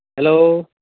hello